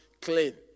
clean